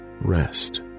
rest